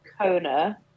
Kona